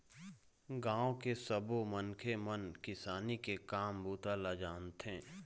गाँव के सब्बो मनखे मन किसानी के काम बूता ल जानथे